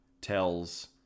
tells